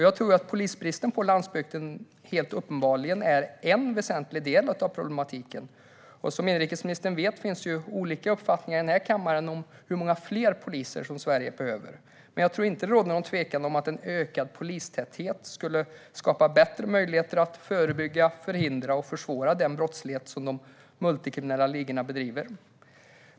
Jag tror att polisbristen på landsbygden är en väsentlig del av problematiken. Som inrikesministern vet finns det olika uppfattningar i denna kammare om hur många fler poliser Sverige behöver. Men jag tror inte att det råder någon tvekan om att en ökad polistäthet skulle skapa bättre möjligheter att förebygga, förhindra och försvåra den brottslighet som de multikriminella ligorna bedriver.